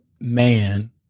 man